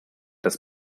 das